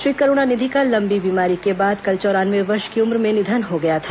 श्री करूणानिधि का लंबी बीमारी के बाद केल चौरानवे वर्ष की उम्र में निधन हो गया था